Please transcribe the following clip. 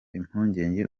impungenge